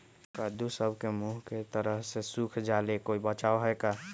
कददु सब के मुँह के तरह से सुख जाले कोई बचाव है का?